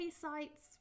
sites